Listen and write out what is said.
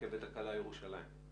הרכבת הקלה ירושלים.